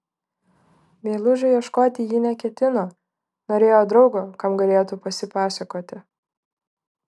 meilužio ieškoti ji neketino norėjo draugo kam galėtų pasipasakoti